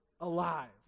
alive